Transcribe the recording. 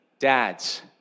Dads